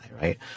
Right